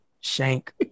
shank